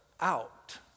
out